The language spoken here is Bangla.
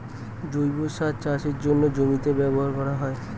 জৈব সার চাষের জন্যে জমিতে ব্যবহার করা হয়